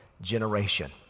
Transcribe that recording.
generation